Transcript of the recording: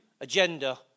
Agenda